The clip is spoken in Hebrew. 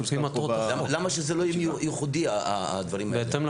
למה שזה לא ייחודו, הדברים האלה?